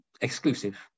exclusive